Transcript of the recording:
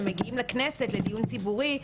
הם מגיעים לכנסת לדיון ציבורי.